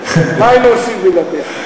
מה היינו עושים בלעדיך?